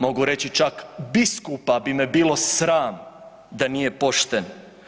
Mogu reći čak biskupa bi me bilo sram da nije pošten.